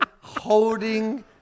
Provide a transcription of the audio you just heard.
holding